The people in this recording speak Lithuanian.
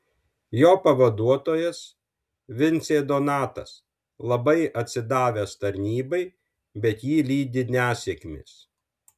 jo pavaduotojas vincė donatas labai atsidavęs tarnybai bet jį lydi nesėkmės